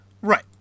Right